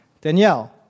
Danielle